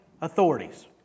authorities